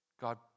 God